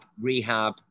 rehab